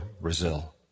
Brazil